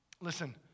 Listen